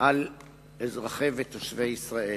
על אזרחי ותושבי ישראל,